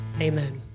Amen